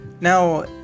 Now